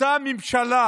אותה ממשלה